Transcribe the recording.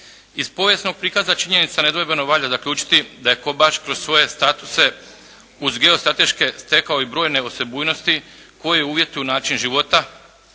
Iz povijesnog prikaza činjenica nedvojbeno valja zaključiti da je Kobaš kroz svoje statuse uz geostrateške stekao i brojne osebujnosti koji uvjetuju način života,